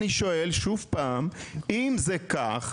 אני שואל שוב פעם: אם זה כך,